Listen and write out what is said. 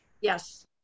Yes